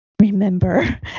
remember